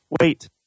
wait